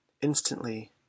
Instantly